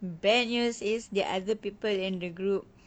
bad news is the other people in the group